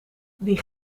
die